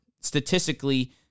statistically